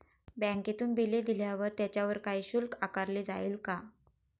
बँकेतून बिले दिल्यावर त्याच्यावर काही शुल्क आकारले जाईल का?